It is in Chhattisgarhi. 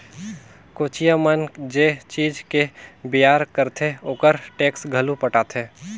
कोचिया मन जे चीज के बेयार करथे ओखर टेक्स घलो पटाथे